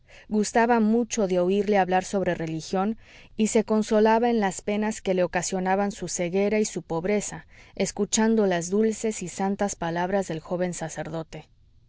gustaba mucho de oirle hablar sobre religión y se consolaba en las penas que le ocasionaban su ceguera y su pobreza escuchando las dulces y santas palabras del joven sacerdote